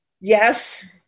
yes